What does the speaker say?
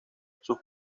sus